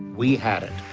we had it.